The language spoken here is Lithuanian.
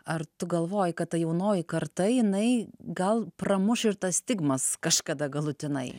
ar tu galvoji kad ta jaunoji karta jinai gal pramuš ir tas stigmas kažkada galutinai